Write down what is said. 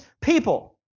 people